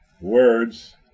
words